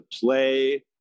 play